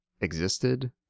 existed